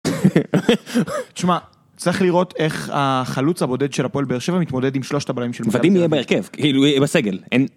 תשמע, צריך לראות איך החלוץ הבודד של הפועל בר שבע מתמודד עם שלושת הבראים של מובטים בהרכב, כאילו בסגל.